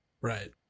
right